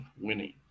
winning